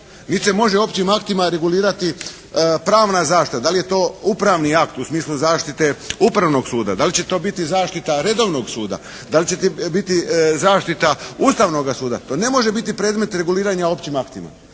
niti se može općim aktima regulirati pravna zaštita. Da li je to upravni akt u smislu zaštite Upravnog suda, da li će to biti zaštita redovnog suda, da li će biti zaštita Ustavnoga suda. To ne može biti predmet reguliranja općim aktima.